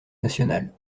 national